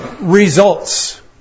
results